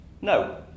No